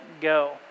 go